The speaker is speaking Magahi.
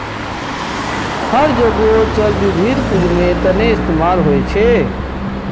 हर जोगोत चल निधिर पुन्जिर तने इस्तेमाल होचे